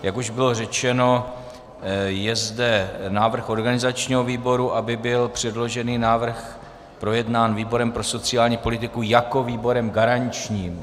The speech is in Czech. Jak už bylo řečeno, je zde návrh organizačního výboru, aby byl předložený návrh projednán výborem pro sociální politiku jako výborem garančním.